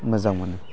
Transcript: मोजां मोनो